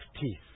teeth